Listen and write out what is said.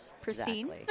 pristine